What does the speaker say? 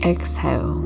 Exhale